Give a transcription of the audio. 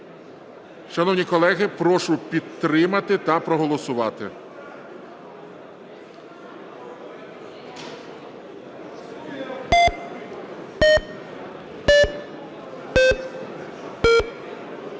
Шановні колеги, прошу підтримати та проголосувати.